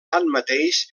tanmateix